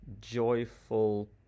joyful